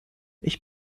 ich